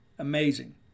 amazing